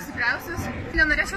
stipriausios nenorėčiau